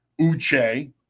Uche